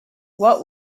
what